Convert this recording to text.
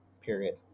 period